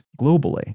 globally